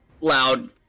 loud